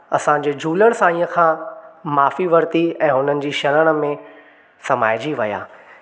असांजे झूलण साईं खां माफ़ी वरती हुननि जी शरण में समाइजी विया